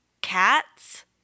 cats